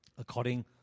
according